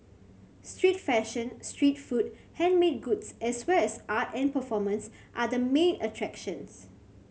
street fashion street food handmade goods as well as art and performance are the main attractions